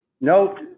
No